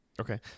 Okay